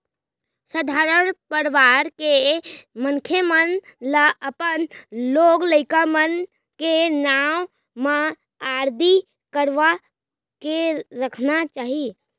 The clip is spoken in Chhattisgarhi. सधारन परवार के मनसे मन ल अपन लोग लइका मन के नांव म आरडी करवा के रखना चाही